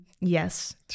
Yes